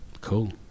Cool